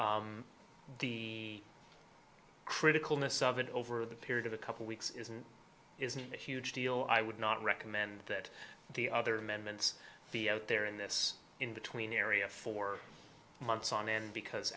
the criticalness of it over the period of a couple weeks isn't isn't a huge deal i would not recommend that the other amendments be out there in this in between area for months on end because